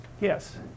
yes